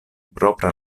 propra